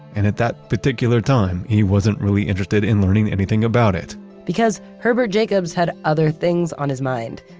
and at that particular time he wasn't really interested in learning anything about it because herbert jacobs had other things on his mind.